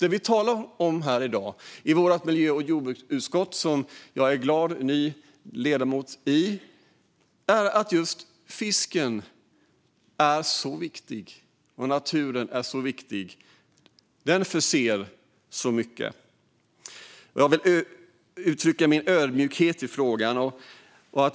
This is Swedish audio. Det vi talar om här i dag och i vårt miljö och jordbruksutskott, som jag är en glad och ny ledamot i, är att just fisken är så viktig. Och naturen är så är viktig. Den förser oss med mycket. Jag vill uttrycka min ödmjukhet i frågan.